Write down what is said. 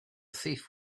thief